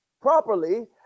properly